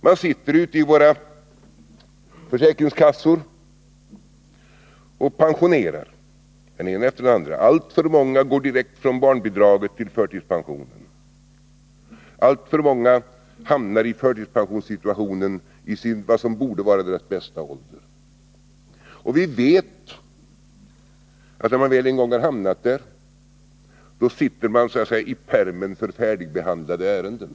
Man sitter ute i våra försäkringskassor och pensionerar den ena efter den andra. Alltför många går direkt från barnbidraget till förtidspensionen. Alltför många hamnar i förtidspensionssituationen i vad som borde vara deras bästa ålder. Vi vet att när man väl en gång har hamnat i denna situation sitter man så att säga i pärmen för färdigbehandlade ärenden.